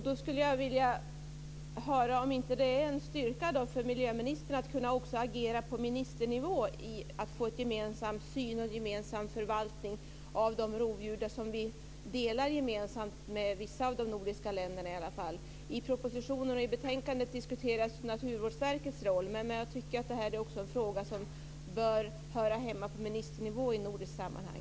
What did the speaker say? Då skulle jag vilja höra om det inte är en styrka för miljöministern att också kunna agera på ministernivå för att få en gemensam syn och en gemensam förvaltning av de rovdjur som vi delar med vissa av de nordiska länderna. I propositionen och i betänkandet diskuteras Naturvårdsverkets roll. Men jag tycker att detta också är en fråga som bör höra hemma på ministernivå i nordiskt sammanhang.